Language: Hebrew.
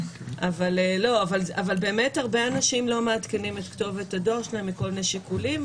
אבל באמת הרבה אנשים לא מעדכנים את כתובת הדואר שלהם מכל מיני שיקולים,